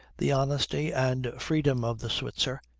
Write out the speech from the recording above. the honesty and freedom of the switzer,